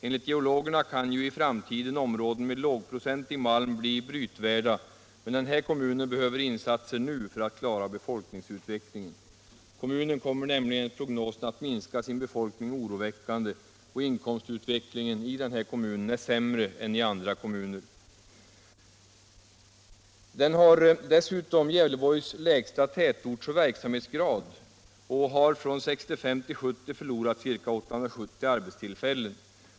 Enligt geologerna kan ju i framtiden områden med lågprocentig malm bli brytvärda, men den här kommunen behöver insatser nu för att klara befolkningsutvecklingen. Kommunen kommer nämligen enligt prognosen att minska sin befolkning oroväckande, och inkomstutvecklingen i den här kommunen är sämre än i andra. Kommunen har dessutom Gävleborgs läns lägsta tätortsoch verksamhetsgrad och har från 1965 till 1970 förlorat ca 870 arbetstillfällen.